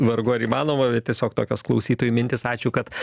vargu ar įmanoma bet tiesiog tokios klausytojų mintys ačiū kad